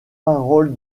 paroles